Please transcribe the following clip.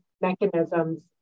mechanisms